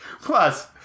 plus